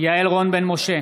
יעל רון בן משה,